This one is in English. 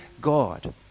God